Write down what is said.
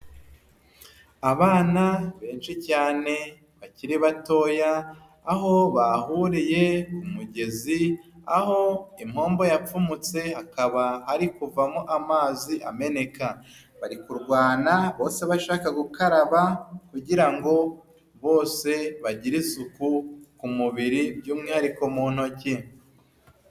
Abana benshi cyane bakiri batoya aho bahuriye ku mugezi aho impombo yapfumutse hakaba hari kuvamo amazi ameneka bari kurwana bose bashaka gukaraba kugira ngo bose bagire isuku ku mubiri by'umwihariko mu ntoki.